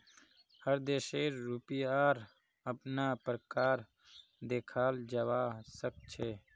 हर देशेर रुपयार अपना प्रकार देखाल जवा सक छे